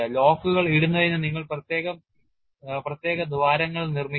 ലോക്കുകൾ ഇടുന്നതിന് നിങ്ങൾ പ്രത്യേക ദ്വാരങ്ങൾ നിർമ്മിക്കണം